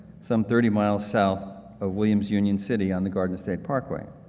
some thirty miles south of williams' union city on the garden state parkway.